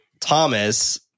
Thomas